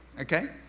Okay